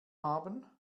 haben